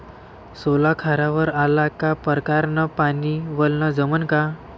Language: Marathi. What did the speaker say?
सोला खारावर आला का परकारं न पानी वलनं जमन का?